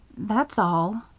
that's all.